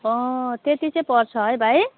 अँ त्यत्ति चाहिँ पर्छ है भाइ